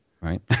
Right